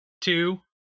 two